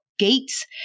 Gates